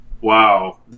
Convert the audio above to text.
wow